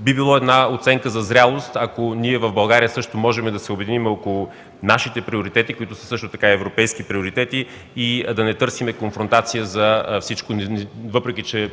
Би било една оценка за зрялост, ако ние в България също можем да се обединим около нашите приоритети, които са също така европейски приоритети, и да не търсим конфронтация за всичко. Въпреки че